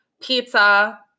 pizza